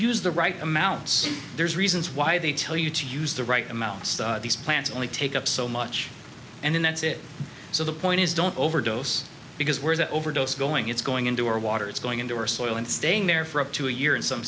use the right amounts there's reasons why they tell you to use the right amount these plants only take up so much and then that's it so the point is don't overdose because where the overdose going it's going into our water is going into our soil and staying there for up to a year in some